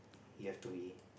you have to be